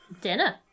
Dinner